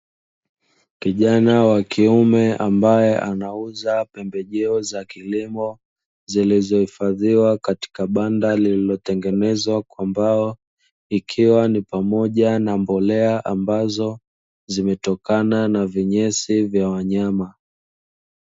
Kijana wa kiume ambaye anauza pembejeo za kilimo zilizohifadhiwa katika banda limetengenezwa, ambalo ikiwa ni pamoja na mbolea ambazo zimetokana na vinyesi vya wanyama.